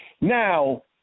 now